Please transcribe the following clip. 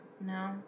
No